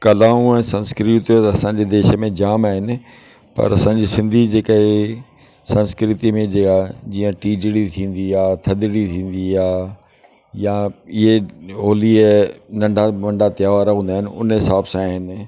कलाऊं ऐं संस्कृति असांजे देश में जाम आहिनि पर असांजी सिंधी जेका ए संस्कृति में जे आ जीअं टीजड़ी थींदी आहे थदड़ी थींदी आहे या इहे होली जा नंढा नंढा त्योहार हूंदा आहिनि उन हिसाब सां आहिनि